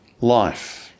life